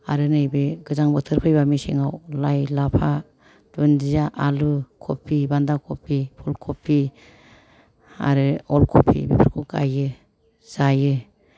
आरो नैबे गोजां बोथोर फैबा मेसेंआव लाइ लाफा दुन्दिया आलु खफि बान्दा खफि फुल खफि आरो अल खफि बेफोरखौ गायो जायो